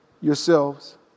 yourselves